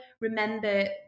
remember